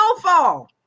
snowfall